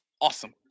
awesome